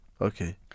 okay